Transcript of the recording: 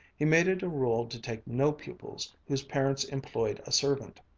he made it a rule to take no pupils whose parents employed a servant,